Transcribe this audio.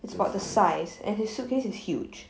it's about the size and his suitcase is huge